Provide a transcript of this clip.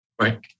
Right